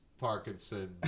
Parkinson